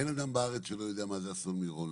אין אדם בארץ שלא יודע מה זה אסון מירון,